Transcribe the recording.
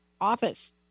office